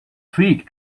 fig